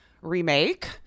remake